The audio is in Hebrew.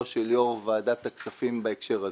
של יושב-ראש ועדת הכספים בהקשר הזה.